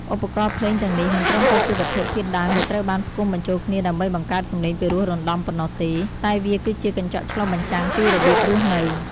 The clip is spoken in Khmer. ឧបករណ៍ភ្លេងទាំងនេះមិនត្រឹមតែជាវត្ថុធាតុដើមដែលត្រូវបានផ្គុំបញ្ចូលគ្នាដើម្បីបង្កើតសំឡេងពិរោះរណ្ដំប៉ុណ្ណោះទេ តែវាគឺជាកញ្ចក់ឆ្លុះបញ្ចាំងពីរបៀបរស់នៅ។